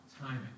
timing